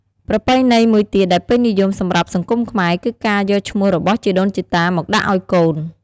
ប្រពៃណីមួយទៀតដែលពេញនិយមសម្រាប់សង្គមខ្មែរ គឺការយកឈ្មោះរបស់ជីដូនជីតាមកដាក់ឲ្យកូន។